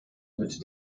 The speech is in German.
mit